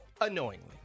Annoyingly